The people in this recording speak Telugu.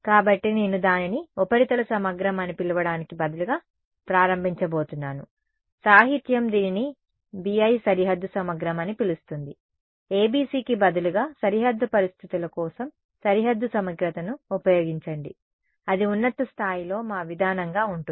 కాబట్టి నేను దానిని ఉపరితల సమగ్రం అని పిలవడానికి బదులుగా ప్రారంభించబోతున్నాను సాహిత్యం దీనిని BI సరిహద్దు సమగ్రం అని పిలుస్తుంది ABCకి బదులుగా సరిహద్దు పరిస్థితుల కోసం సరిహద్దు సమగ్రతను ఉపయోగించండి అది ఉన్నత స్థాయిలో మా విధానంగా ఉంటుంది